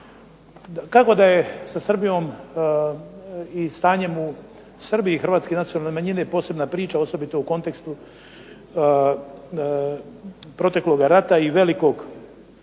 Kako da je sa Srbijom i stanjem u Srbiji hrvatske nacionalne manjine posebna priča, osobito u kontekstu protekloga rata i velikog,